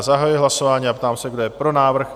Zahajuji hlasování a ptám se, kdo je pro návrh?